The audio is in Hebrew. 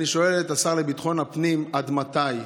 אני שואל את השר לביטחון הפנים: עד מתי?